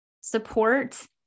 support